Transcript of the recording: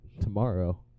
tomorrow